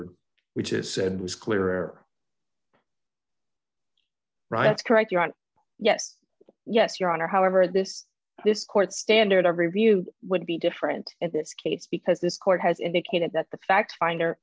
d which is said was clear right it's correct you are yes yes your honor however this this court standard of review would be different in this case because this court has indicated that the fact finder